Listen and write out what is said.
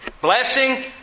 Blessing